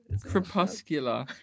Crepuscular